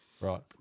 Right